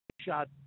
shot